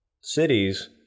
cities